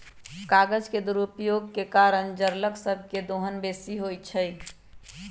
कागज के दुरुपयोग के कारण जङगल सभ के दोहन बेशी होइ छइ